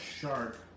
shark